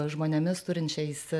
žmonėmis turinčiais